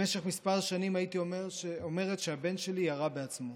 במשך מספר שנים הייתי אומרת שהבן שלי ירה בעצמו.